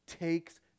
takes